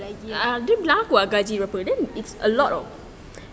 cup lagi